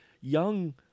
young